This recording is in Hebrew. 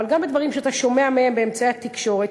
אבל גם בדברים שאתה שומע מהם באמצעי התקשורת,